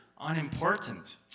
unimportant